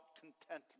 contentment